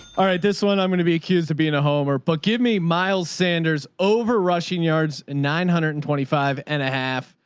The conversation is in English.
alright. this one i'm going to be accused of being a home or book. give me miles sanders over rushing yards and nine hundred and twenty five and a half.